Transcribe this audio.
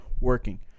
working